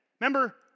Remember